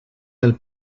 del